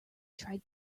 tried